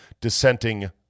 dissenting